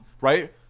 right